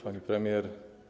Pani Premier!